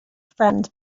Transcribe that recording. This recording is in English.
friend